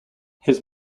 his